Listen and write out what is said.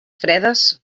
fredes